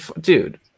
dude